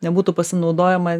nebūtų pasinaudojama